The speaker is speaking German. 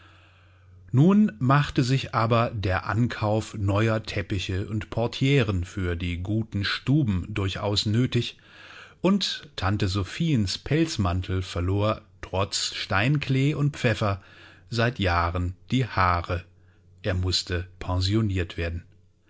nun machte sich aber der ankauf neuer teppiche und portieren für die guten stuben durchaus nötig und tante sophiens pelzmantel verlor trotz steinklee und pfeffer seit jahren die haare er mußte pensioniert werden